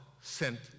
sent